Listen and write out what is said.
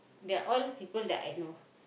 they are all people that I know